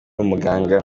umuganga